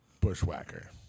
Bushwhacker